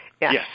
Yes